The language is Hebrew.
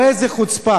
תראה איזו חוצפה.